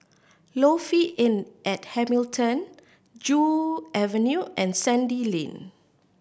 Lofi Inn at Hamilton Joo Avenue and Sandy Lane